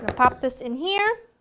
pop this in here.